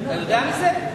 אתה יודע מזה?